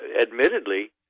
Admittedly